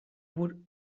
would